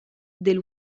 del